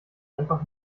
einfach